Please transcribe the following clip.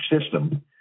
system